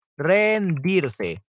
Rendirse